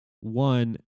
one